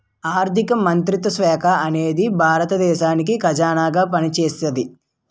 ఆర్ధిక మంత్రిత్వ శాఖ అనేది భారత దేశానికి ఖజానాగా పనిచేస్తాది